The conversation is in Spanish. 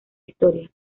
historia